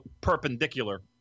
perpendicular